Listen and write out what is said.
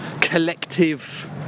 collective